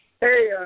Hey